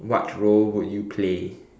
what role would you play